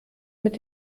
mit